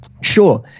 sure